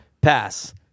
Pass